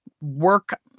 work